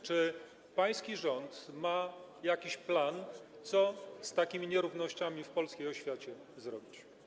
Czy pański rząd ma jakiś plan, co z takimi nierównościami w polskiej oświacie zrobić?